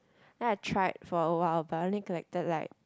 then I tried for awhile but I only collected like